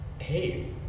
Hey